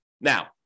Now